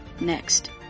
next